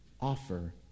offer